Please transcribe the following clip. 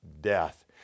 death